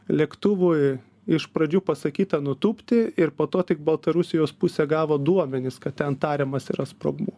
lėktuvui iš pradžių pasakyta nutūpti ir po to tik baltarusijos pusė gavo duomenis kad ten tariamas yra sprogmuo